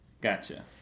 Gotcha